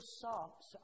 socks